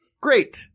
Great